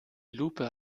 lupe